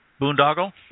boondoggle